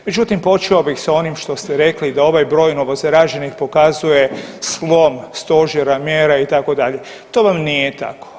Međutim, počeo bih s onim što ste rekli da ovaj broj novozaraženih pokazuje slom stožera mjera itd., to vam nije tako.